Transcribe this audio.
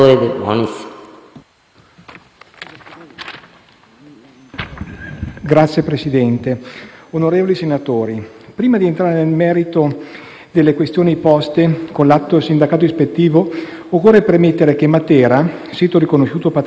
Signor Presidente, onorevoli senatori, prima di entrare nel merito delle questioni poste con l'atto di sindacato ispettivo, occorre premettere che Matera - sito riconosciuto patrimonio universale dell'umanità da parte dell'UNESCO sin dal 1993